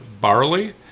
barley